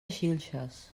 xilxes